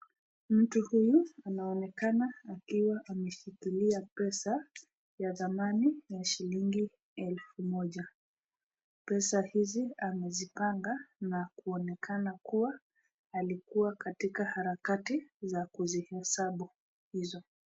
Mtu huyu anaonekana akiwa ameshikilia pesa ya dhamani ya shilingi elfu moja. Pesa hizi amezipanga na kuonekana kuwa alikuwa katika harakati za kuzihesabu pesa hizo.